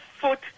foot